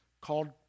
Called